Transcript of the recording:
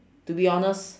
to be honest